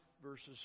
Verses